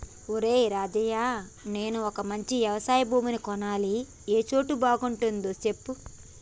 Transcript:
ఒరేయ్ రాజయ్య నేను మంచి యవశయ భూమిని కొనాలి ఏ సోటు బాగుంటదో సెప్పు